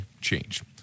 change